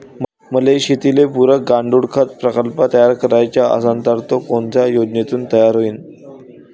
मले शेतीले पुरक गांडूळखत प्रकल्प तयार करायचा असन तर तो कोनच्या योजनेतून तयार होईन?